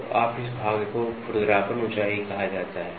तो इस भाग को खुरदरापन ऊंचाई कहा जाता है